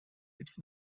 its